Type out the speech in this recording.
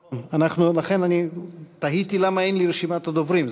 אנחנו, לכן אני תהיתי למה אין לי רשימת דוברים.